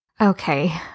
Okay